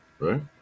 Right